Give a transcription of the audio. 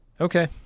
Okay